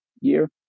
year